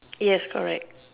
yes correct